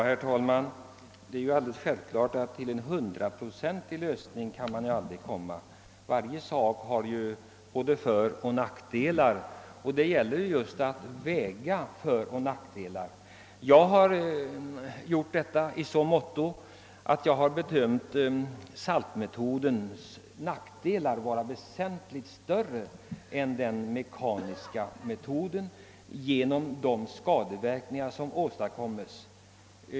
Herr talman! Det är alldeles självklart att man aldrig kan nå en hundraprocentigt god lösning. Varje sak har både föroch nackdelar, och det gäller just att väga dem mot varandra. Jag har gjort detta i så måtto att jag har bedömt saltmetodens nackdelar vara väsentligt större än den mekaniska metodens på grund av de skadeverkningar som åstadkoms.